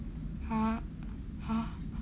!huh! !huh!